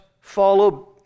follow